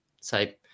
say